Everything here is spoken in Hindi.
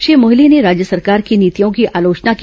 श्री मोहिले ने राज्य सरकार की नीतियों की आलोचना की